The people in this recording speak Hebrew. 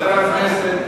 חבר הכנסת